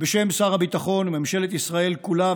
בשם שר הביטחון וממשלת ישראל כולה,